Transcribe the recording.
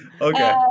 Okay